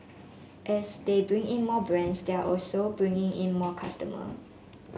as they bring in more brands they are also bringing in more customer